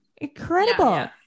Incredible